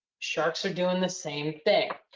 sharks are doing the same thing.